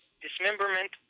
dismemberment